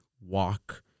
walk